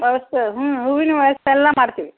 ವ್ಯವಸ್ಥೆ ಹ್ಞೂ ಹೂವಿನ ವ್ಯವಸ್ಥೆ ಎಲ್ಲ ಮಾಡ್ತೀವಿ